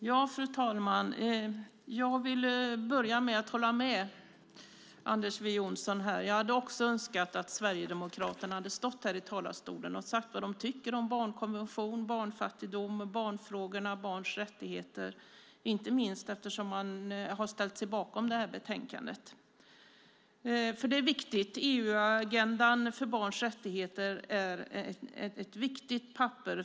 Fru talman! Jag vill börja med att hålla med Anders W Jonsson här. Jag hade också önskat att Sverigedemokraterna hade stått här i talarstolen och sagt vad de tycker om barnkonventionen, barnfattigdomen, barnfrågorna och barns rättigheter, inte minst eftersom de har ställt sig bakom utlåtandet. EU-agendan för barns rättigheter är ett viktigt papper.